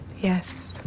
Yes